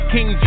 King